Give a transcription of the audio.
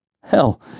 hell